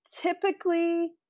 typically